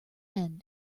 end